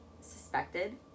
suspected